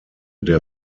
der